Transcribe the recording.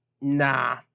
nah